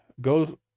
go